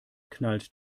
knallt